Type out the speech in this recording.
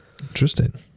Interesting